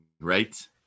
right